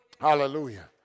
Hallelujah